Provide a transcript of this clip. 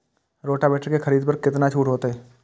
Rotavator के खरीद पर केतना छूट होते?